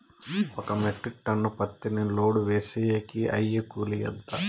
ఒక metric ton పత్తిని load వేసేకి అయ్యే కూలి ఎంత?